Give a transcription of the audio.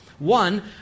One